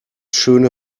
schöne